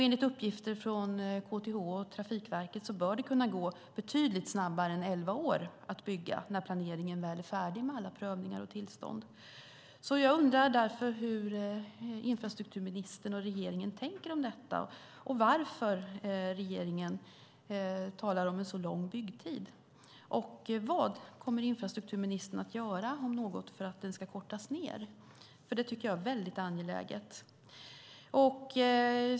Enligt uppgifter från KTH och Trafikverket bör det kunna gå betydligt snabbare än elva år att bygga när planeringen väl är färdig med alla prövningar och tillstånd. Jag undrar därför vad infrastrukturministern och regeringen tänker om detta och varför regeringen talar om en så lång byggtid. Vad kommer infrastrukturministern att göra, om något, för att den ska kortas ned? Det tycker jag är väldigt angeläget.